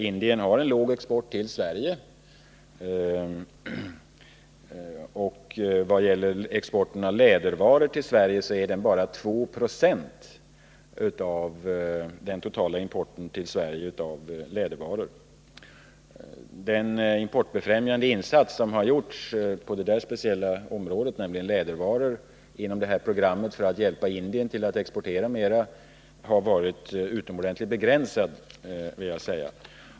Indiens export till Sverige är låg. Indiens export av lädervaror till Sverige utgör bara 2 Ye av den totala importen till Sverige av sådana varor. De importbefrämjande insatser inom ramen för detta program som gjorts för att underlätta för Indien att exportera lädervaror till Sverige har varit utomordentligt begränsade.